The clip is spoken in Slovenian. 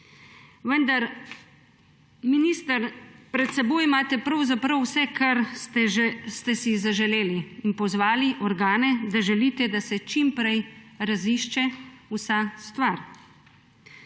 vendar, minister, pred seboj imate pravzaprav vse, kar ste si zaželeli, pozvali ste organe, da želite, da se čim prej razišče vsa stvar.